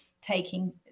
taking